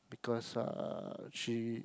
because uh she